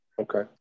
Okay